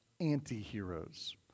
anti-heroes